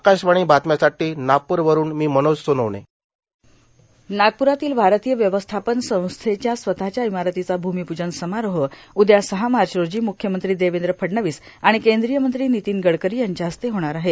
आकाशवाणी बातम्यांसाठी नागपूरवरून मी मनोज सोनोने नागप्रातील भारतीय व्यवस्थापन संस्थेचा स्वतःच्या इमारतीचा भूमीप्जन समारोह उद्या सहा मार्च रोजी मुख्यमंत्री देवेंद्र फडणवीस आणि केंद्रीय मंत्री नितीन गडकरी यांच्या हस्ते होणार आहे